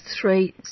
three